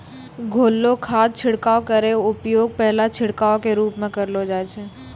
घोललो खाद छिड़काव केरो उपयोग पहलो छिड़काव क रूप म करलो जाय छै